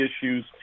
issues